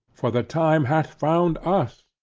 for, the time hath found us.